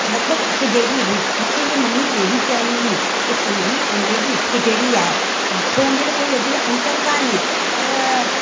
लॻभॻि हिक जहिड़ी हुई मूंखे इअ मम्मी पहिरीं चवंदी हुई की सिंधी अंग्रेजी हिकु जहिड़ी ई आहे ॾिठो वञे त वधीक कोइ अंतर कोन्हे पर